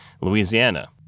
Louisiana